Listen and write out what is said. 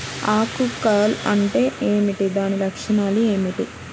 ఆకు కర్ల్ అంటే ఏమిటి? దాని లక్షణాలు ఏమిటి?